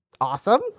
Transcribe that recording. awesome